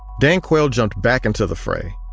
dan quayle jumped back into the fray,